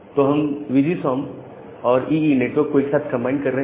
तो हम V G S O M और ईई नेटवर्क को एक साथ कंबाइन कर रहे हैं